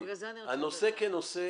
הנושא כנושא,